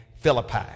Philippi